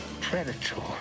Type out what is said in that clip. Predator